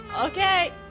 Okay